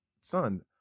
son